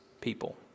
people